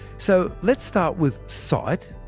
so let's start with sight,